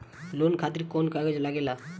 Loan खातिर कौन कागज लागेला?